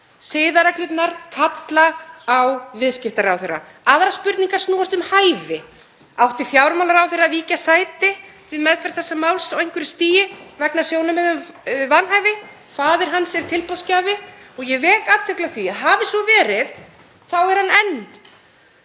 Siðareglurnar kalla á viðskiptaráðherra. Aðrar spurningar snúast um hæfi. Átti fjármálaráðherra að víkja sæti við meðferð þessa máls á einhverju stigi vegna sjónarmiða um vanhæfi? Faðir hans er tilboðsgjafi. Ég vek athygli á því að hafi svo verið þá er hann enn